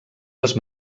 les